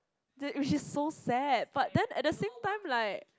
it's so sad at the same time like